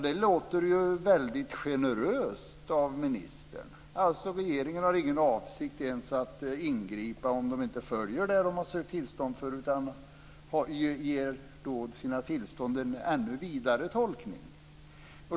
Det är ju väldigt generöst av ministern. Regeringen har alltså ingen avsikt att ingripa ens om programföretagen inte följer tillstånden utan ger sina tillstånd en ännu vidare tolkning.